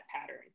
pattern